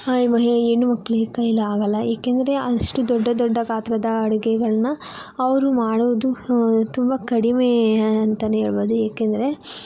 ಮಹಿ ಹೆಣ್ಣು ಮಕ್ಳಿಗೆ ಕೈಯ್ಯಲ್ಲಿ ಆಗಲ್ಲ ಏಕೆಂದರೆ ಅಷ್ಟು ದೊಡ್ಡ ದೊಡ್ಡ ಗಾತ್ರದ ಅಡುಗೆಗಳನ್ನ ಅವರು ಮಾಡೋದು ತುಂಬ ಕಡಿಮೆ ಅಂತಲೇ ಹೇಳಬಹುದು ಏಕೆಂದರೆ